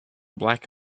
black